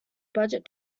budget